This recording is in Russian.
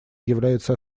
является